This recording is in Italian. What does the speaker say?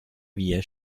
via